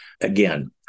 again